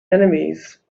enemies